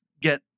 get